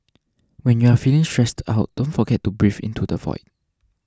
when you are feeling stressed out don't forget to breathe into the void